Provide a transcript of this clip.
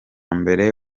mbere